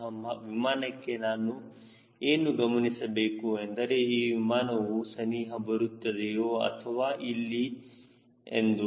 ಇಂತಹ ವಿಮಾನಕ್ಕೆ ನಾನು ಏನು ಗಮನಿಸಬೇಕು ಎಂದರೆ ಈ ಅನುಪಾತವು ಸನಿಹ ಬರುತ್ತಿದೆಯೋ ಅಥವಾ ಇಲ್ಲ ಎಂದು